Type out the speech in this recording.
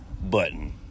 button